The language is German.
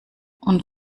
und